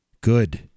Good